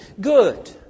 good